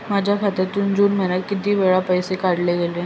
माझ्या खात्यातून जून महिन्यात किती वेळा पैसे काढले गेले?